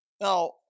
Now